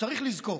צריך לזכור,